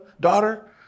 daughter